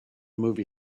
movie